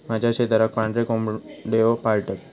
माझ्या शेजाराक पांढरे कोंबड्यो पाळतत